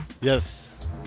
Yes